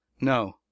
no